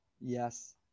Yes